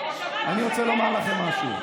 אני רוצה לומר לכם משהו.